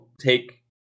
take